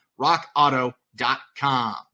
rockauto.com